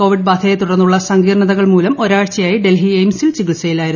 Covid ബാധയെ തുടർന്നുള്ള സങ്കീർണ്തകൾ മൂലം ഒരാഴ്ചയായി ഡൽഹി എയിംസിൽ ചികിത്സയില്ലായിരുന്നു